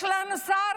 יש לנו שר